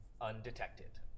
undetected